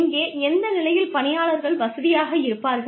எங்கே எந்த நிலையில் பணியாளர்கள் வசதியாக இருப்பார்கள்